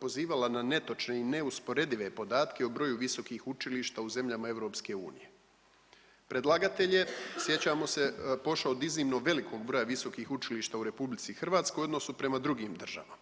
pozivala na netočne i neusporedive podatke o broju visokih učilišta u zemljama EU. Predlagatelj je, sjećamo se, pošao od iznimno velikog broja visokih učilišta u RH u odnosu prema drugim državama.